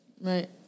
Right